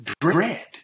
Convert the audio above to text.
bread